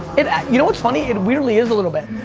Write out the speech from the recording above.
it, you know what's funny? it weirdly is a little bit.